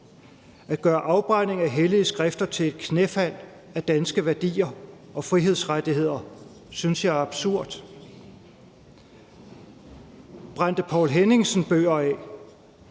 At gøre afbrænding af hellige skrifter til knægtelse af danske værdier og frihedsrettigheder synes jeg er absurd. Brændte Poul Henningsen bøger af?